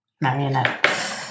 marionette